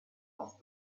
auf